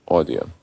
Audio